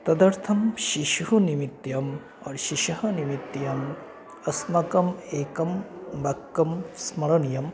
तदर्थं शिशुः निमित्तम् आर् शिशोः निमित्तम् अस्माकम् एकं वाक्यं स्मरणीयम्